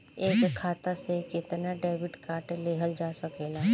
एक खाता से केतना डेबिट कार्ड लेहल जा सकेला?